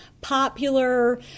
popular